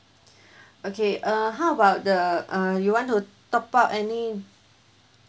okay uh how about the uh you want to top up any